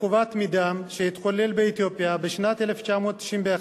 עקובה מדם שהתחוללה באתיופיה בשנת 1991,